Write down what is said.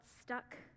stuck